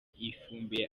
ifumbire